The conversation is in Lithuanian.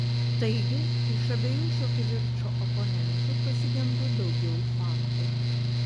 taigi iš abiejų šio kivirčo oponentų pasigendu daugiau faktų